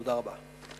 תודה רבה.